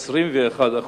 21%,